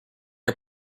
are